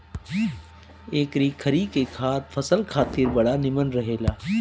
एकरी खरी के खाद फसल खातिर बड़ा निमन रहेला